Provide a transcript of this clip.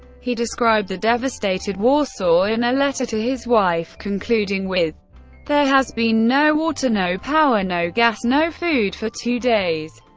he described the devastated warsaw in a letter to his wife, concluding with there has been no water, no power, no gas, no food for two days.